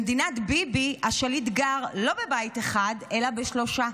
במדינת ביבי השליט גר לא בבית אחד אלא בשלושה,